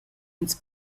ins